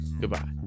Goodbye